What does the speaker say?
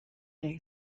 day